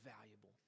valuable